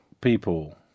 people